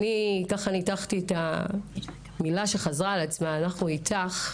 וכשניתחתי את המילים שחזרו על עצמן: אנחנו איתך,